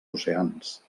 oceans